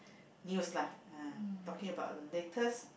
news lah uh talking about latest